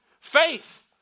faith